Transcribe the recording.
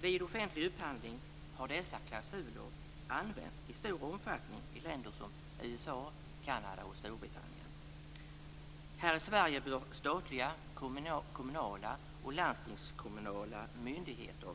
Vid offentlig upphandling har dessa klausuler använts i stor omfattning i länder som USA, Kanada och Storbritannien. Här i Sverige bör statliga, kommunala och landstingskommunala myndigheter